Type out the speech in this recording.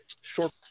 Short